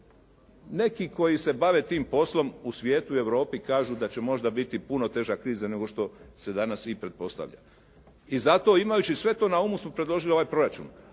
neki koji se bave tim poslom u svijetu i Europi kažu da će možda biti puno teža kriza nego što se danas i pretpostavlja. I zato imajući sve to na umu smo predložili ovaj proračun.